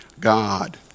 God